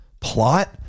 plot